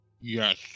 Yes